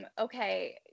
okay